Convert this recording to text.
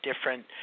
different